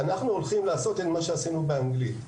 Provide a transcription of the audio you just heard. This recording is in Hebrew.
אנחנו הולכים לעשות את מה שעשינו באנגלית.